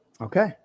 Okay